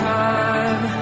time